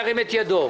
ירים את ידו.